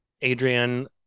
Adrian